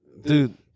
Dude